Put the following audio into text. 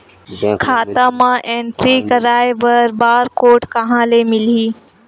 खाता म एंट्री कराय बर बार कोड कहां ले मिलही?